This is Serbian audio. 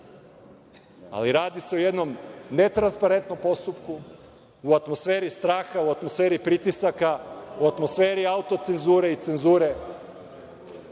ali radi se o jednom ne transparentnom postupku, u atmosferi straha, u atmosferi pritisaka, u atmosferi autocenzure i cenzure.